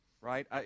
right